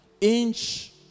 inch